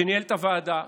שניהל את הוועדה,